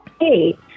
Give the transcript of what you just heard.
Hey